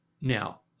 Now